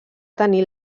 tenir